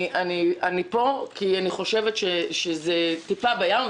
אני פה כי אני חושבת שזה טיפה בים,